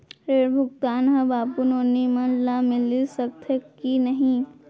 ऋण भुगतान ह बाबू नोनी मन ला मिलिस सकथे की नहीं?